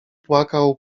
płakał